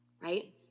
right